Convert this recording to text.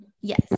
yes